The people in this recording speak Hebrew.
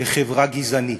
לחברה גזענית.